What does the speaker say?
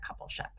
coupleship